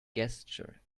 gesture